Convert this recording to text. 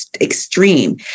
extreme